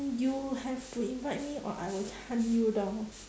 you have to invite me or I will hunt you down